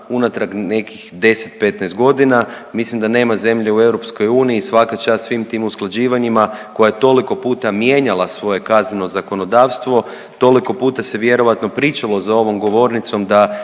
unatrag nekih 10, 15 godina. Mislim da nema zemlje u EU, svaka čast svim tim usklađivanjima koja je toliko puta mijenjala svoje kazneno zakonodavstvo, toliko puta se vjerojatno pričalo za ovom govornicom da